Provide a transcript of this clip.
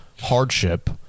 hardship